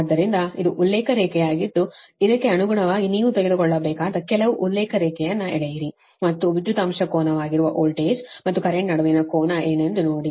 ಆದ್ದರಿಂದ ಇದು ಉಲ್ಲೇಖ ರೇಖೆಯಾಗಿದ್ದು ಅದಕ್ಕೆ ಅನುಗುಣವಾಗಿ ನೀವು ತೆಗೆದುಕೊಳ್ಳಬೇಕಾದ ಕೆಲವು ಉಲ್ಲೇಖ ರೇಖೆಯನ್ನು ಎಳೆಯಿರಿ ಮತ್ತು ವಿದ್ಯುತ್ ಅಂಶ ಕೋನವಾಗಿರುವ ವೋಲ್ಟೇಜ್ ಮತ್ತು ಕರೆಂಟ್ ನಡುವಿನ ಕೋನ ಏನೆಂದು ನೋಡಿ